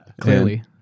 clearly